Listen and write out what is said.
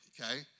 okay